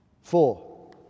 four